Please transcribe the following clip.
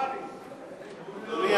"דובוני לאלא".